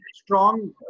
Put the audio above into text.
strong